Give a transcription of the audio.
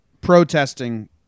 protesting